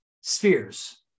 spheres